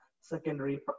secondary